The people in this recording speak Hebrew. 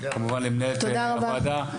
כמובן למנהלת הוועדה,